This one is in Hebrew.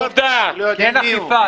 כי אין אכיפה.